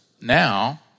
now